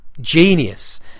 genius